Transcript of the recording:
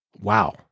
Wow